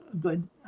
good